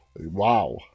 Wow